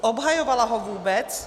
Obhajovalo ho vůbec?